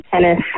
tennis